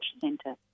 Centre